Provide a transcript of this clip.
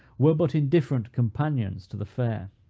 were but indifferent companions to the fair.